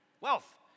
wealth